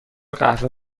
قهوه